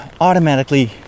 automatically